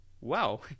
wow